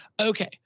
Okay